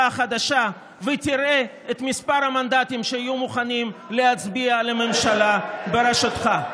החדשה ותראה את מספר המנדטים שהיו מוכנים להצביע לממשלה בראשותך.